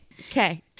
okay